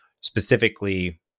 specifically